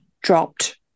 dropped